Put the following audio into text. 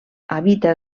habita